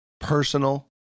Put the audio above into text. personal